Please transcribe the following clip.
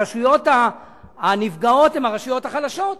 הרשויות הנפגעות הן הרשויות החלשות,